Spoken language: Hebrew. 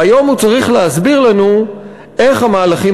והיום הוא צריך להסביר לנו איך המהלכים